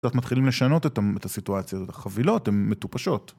קצת מתחילים לשנות את הסיטואציות, את החבילות, הן מטופשות.